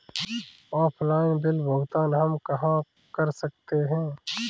Offline bill भुगतान हम कहां कर सकते हैं?